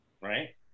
right